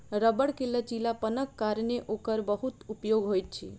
रबड़ के लचीलापनक कारणेँ ओकर बहुत उपयोग होइत अछि